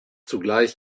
zugleich